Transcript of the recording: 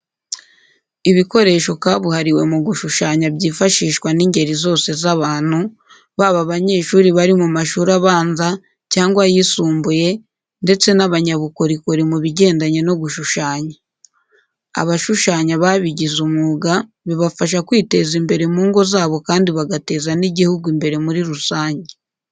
Ibikoresho kabuhariwe mu gushushanya byifashishwa n'ingeri zose z'abantu, baba abanyeshuri bari mu mashuri abanza cyangwa ayisumbuye ndetse n'abanyabukorokori mu bigendanye no gushushanya. Abashushanya babigize umwuga bibafasha kwiteza imbere mu ngo zabo kandi bagateza n'igihugu imbere muri rusange.